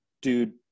Dude